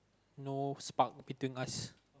no spark between us